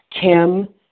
Kim